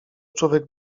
człowiek